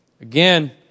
Again